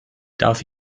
darf